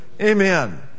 Amen